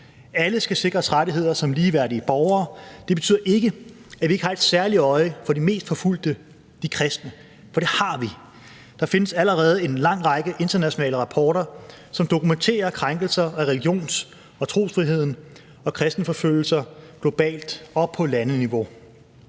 Alle skal sikres rettigheder som ligeværdige borgere. Det betyder ikke, at vi ikke har et særligt øje på de mest forfulgte, de kristne, for det har vi. Der findes allerede en lang række internationale rapporter, som dokumenterer krænkelser af religions- og trosfriheden og kristenforfølgelser globalt og på landeniveau: